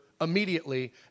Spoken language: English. immediately